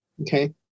okay